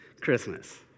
Christmas